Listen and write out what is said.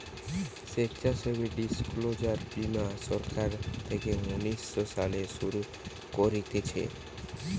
স্বেচ্ছাসেবী ডিসক্লোজার বীমা সরকার থেকে উনিশ শো সালে শুরু করতিছে